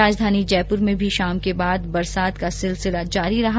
राजधानी जयप्र में भी शाम के बाद बरसात का सिलसिला जारी रहा